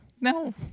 No